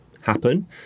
happen